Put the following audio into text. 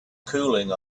cooling